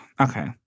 okay